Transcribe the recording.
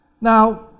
Now